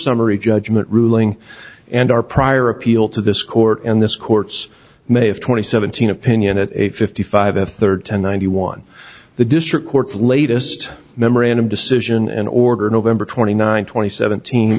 summary judgment ruling and our prior appeal to this court and this court's may have twenty seventeen opinion at a fifty five a third to ninety one the district courts latest memorandum decision and order november twenty ninth twenty seventeen